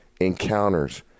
encounters